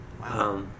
Wow